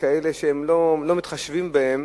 כאלה שלא מתחשבים בהם,